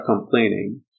complaining